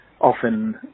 often